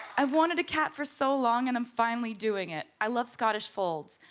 i wanted a cat for so long and i'm finally doing it. i love scottish folds.